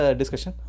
discussion